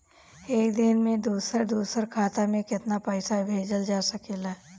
एक दिन में दूसर दूसर खाता में केतना पईसा भेजल जा सेकला?